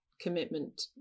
commitment